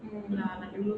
mm